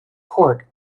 court